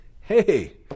hey